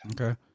Okay